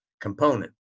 component